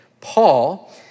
Paul